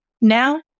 Now